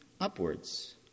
upwards